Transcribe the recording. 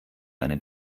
einen